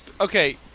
Okay